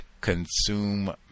consume